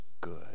good